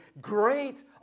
great